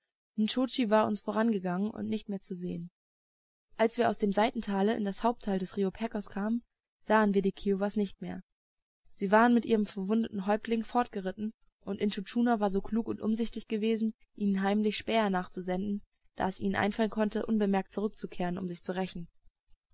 war uns vorangegangen und nicht mehr zu sehen als wir aus dem seitentale in das haupttal des rio pecos kamen sahen wir die kiowas nicht mehr sie waren mit ihrem verwundeten häuptling fortgeritten und intschu tschuna war so klug und umsichtig gewesen ihnen heimlich späher nachzusenden da es ihnen einfallen konnte unbemerkt zurückzukehren um sich zu rächen